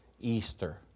Easter